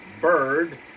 BIRD